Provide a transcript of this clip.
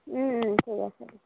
ঠিক আছে